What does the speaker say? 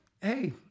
hey